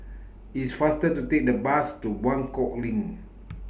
It's faster to Take The Bus to Buangkok LINK